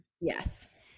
Yes